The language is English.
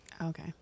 Okay